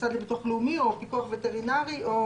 המוסד לביטוח הלאומי או פיקוח וטרינרי או